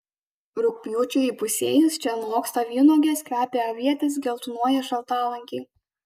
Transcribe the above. rugpjūčiui įpusėjus čia noksta vynuogės kvepia avietės geltonuoja šaltalankiai